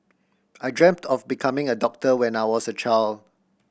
I dreamt of becoming a doctor when I was a child